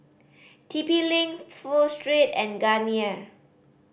T P Link Pho Street and Garnier